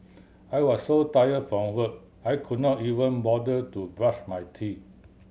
I was so tired from work I could not even bother to brush my teeth